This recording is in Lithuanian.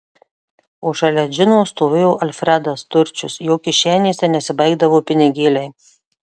o šalia džino stovėjo alfredas turčius jo kišenėse nesibaigdavo pinigėliai